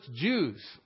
jews